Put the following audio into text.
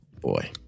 Boy